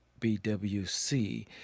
BWC